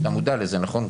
אתה מודע לזה, נכון?